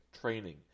training